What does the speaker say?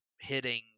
hitting